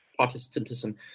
Protestantism